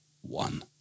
one